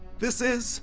this is